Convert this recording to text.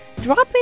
dropping